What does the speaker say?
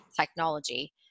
technology